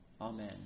amen